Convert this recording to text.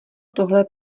tohle